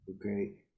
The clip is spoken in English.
okay